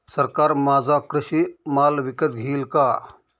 सरकार माझा कृषी माल विकत घेईल का?